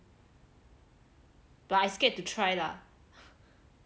but I scared to try lah